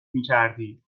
میکردی